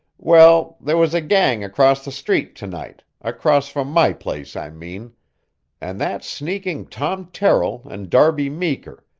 well, there was a gang across the street to-night across from my place, i mean and that sneaking tom terrill and darby meeker,